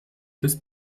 des